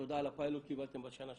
תודה על הפיילוט קיבלתם בשנה שעברה.